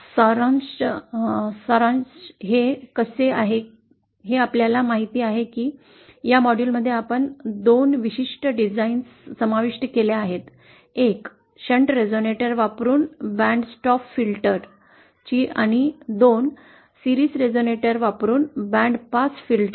सारांश हे कसे आहे हे आपल्याला माहिती आहे की या मॉड्यूलमध्ये आपण 2 विशिष्ट डिझाईन्स समाविष्ट केल्या आहेत 1 शंट रेझोनेटर वापरुन बॅन्ड स्टॉप फिल्टर ची आणि 2 रा मालिका रेझोनेटर वापरुन बँड पास फिल्टर